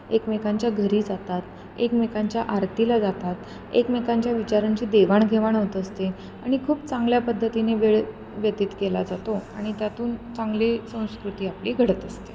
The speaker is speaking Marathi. एकमेकांच्या घरी जातात एकमेकांच्या आरतीला जातात एकमेकांच्या विचारांची देवाणघेवाण होत असते आणि खूप चांगल्या पद्धतीने वेळ व्यतीत केला जातो आणि त्यातून चांगली संस्कृती आपली घडत असते